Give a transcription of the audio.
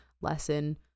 lesson